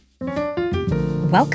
Welcome